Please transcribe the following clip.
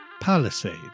palisade